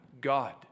God